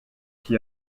qui